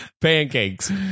Pancakes